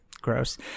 gross